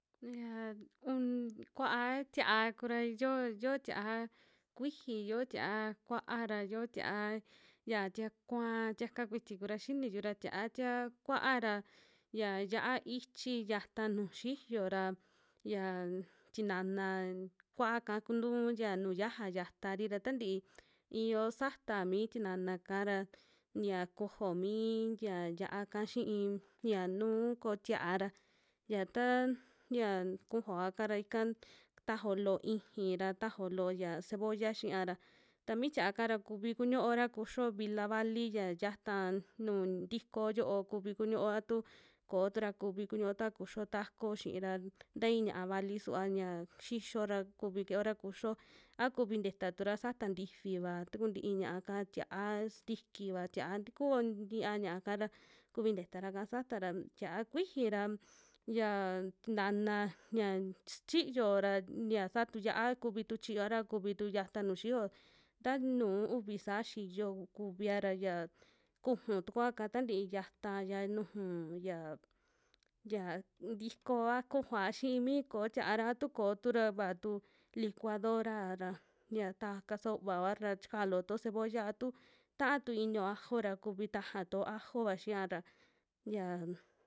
Xia un kuaa tiaa kura yioo, yoo tia'a kuiji, yo tia'a yia'a kua'a ra, xio tia'a tia kua'a, tiak kuiti kura xiniyu ra tia'a tia kua'a ra xia yia'a ichi yata yuju xiyo ra, ya tinana kua'ka kunuu yia nuju yiaja yatari ra tantii iyo sata mi tinina'ka ra ya kojo mii ya yia'a ka xii yia nu koo tia'a ra, ya taa ya kujuoaka ra ika tajao loo iixi ra tajao loo ya cebolla xia ra ta mi tia'aka ra kuvi kuniora kuxio vila vali ya xiata tu ntikoo yoo, kuvi kuñioa tu koo tura kuvi kuñu tua kixio taco xiira tai ña'a vali suva ya xixio ra kuvi keora kuxio, a kuvi nteta tura sata ntifiva taku tii ña'aka, tia sintikiva, tia ntiku ntia ña'aka ra kuvi ntetaraka sata ra, tia'a kuiji ra yaa tinana ña xichiyo ra yia saa tu yia'a kuvi tu chiyoa ra, kuvi tu yiata nuju xiyo taa nuu uvi saa xiyo kuvia ra, ya kuju tukuaka tantii yata'ya nuju yia, yia ntiko kujuoa xii mi ko'o tia'a ra, tu koo tura vaa tu licuadora ra ya taj kasa uuvaoa ra chika lootuo cebolla a tu ta'a tu inio ajo ra kuvi taja tuo ajova xia ra ya.